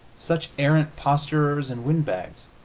such arrant posturers and wind-bags?